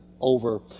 over